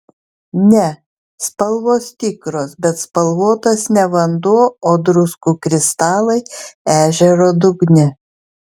ne spalvos tikros bet spalvotas ne vanduo o druskų kristalai ežero dugne